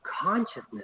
consciousness